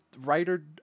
writer –